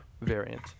variant